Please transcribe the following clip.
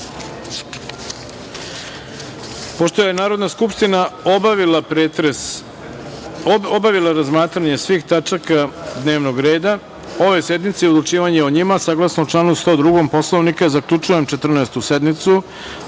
je Narodna skupština danas obavila razmatranje svih tačaka dnevnog reda ove sednice i odlučivanje o njima, saglasno članu 102. Poslovnika, zaključujem Četrnaestu